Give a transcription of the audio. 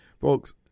Folks